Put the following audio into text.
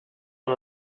aan